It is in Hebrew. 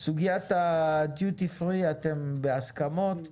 סוגיית הדיוטי פרי, אתם בהסכמות.